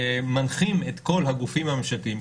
מנחים את כל הגופים הממשלתיים,